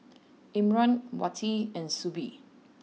Imran Wati and Shuib